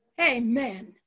Amen